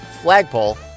flagpole